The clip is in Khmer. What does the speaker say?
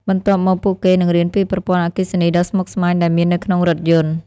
បន្ទាប់មកពួកគេនឹងរៀនពីប្រព័ន្ធអគ្គិសនីដ៏ស្មុគស្មាញដែលមាននៅក្នុងរថយន្ត។